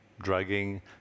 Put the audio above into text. drugging